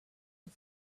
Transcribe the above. was